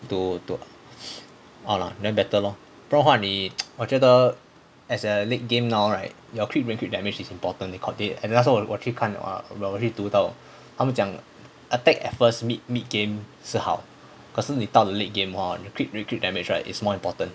to ah ah then better lor 不然的话 hor 你 我觉得 as a late game now right your crit rate and cit damage is important they called it and the last time 我去看 err when 我去读到他们讲 attack at first mid mid game 是好可是你到了 late game hor 你的 crit rate and crit damage is more important